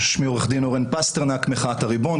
שמי עו"ד אורן פסטרנק, מחאת הריבון.